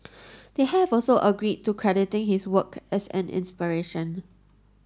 they have also agreed to crediting his work as an inspiration